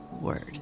word